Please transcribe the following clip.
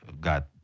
got